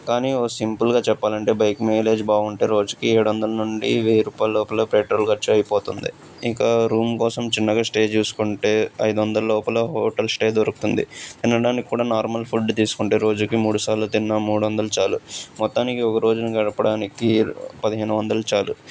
కానీ ఓ సింపుల్గా చెప్పాలి అంటే బైక్ మైలేజ్ బాగుంటే రోజుకి ఏడు వందల నుండి వెయ్యి రూపాయల లోపలే పెట్రోల్ ఖర్చు అయిపోతుంది ఇంకా రూమ్ కోసం చిన్నగా స్టే చూసుకుంటే ఐదు వందలు లోపల హోటల్ స్టే దొరుకుతుంది తినడానికి కూడా నార్మల్ ఫుడ్ తీసుకుంటే రోజుకి మూడుసార్లు తిన్నా మూడు వందలు చాలు మొత్తానికి ఒక రోజును గడపడానికి పదిహేను వందలు చాలు